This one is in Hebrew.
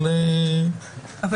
סליחה,